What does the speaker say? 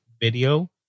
Video